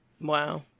Wow